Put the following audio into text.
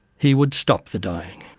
he would stop the dying.